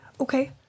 okay